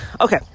Okay